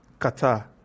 Qatar